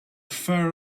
fur